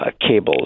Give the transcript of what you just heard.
cables